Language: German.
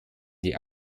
die